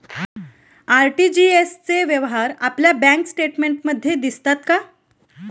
RTGS चे व्यवहार आपल्या बँक स्टेटमेंटमध्ये दिसतात का?